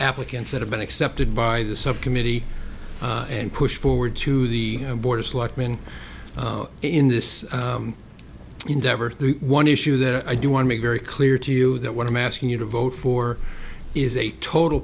applicants that have been accepted by the subcommittee and pushed forward to the board of selectmen in this endeavor one issue that i do want to make very clear to you that what i'm asking you to vote for is a total